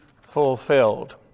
fulfilled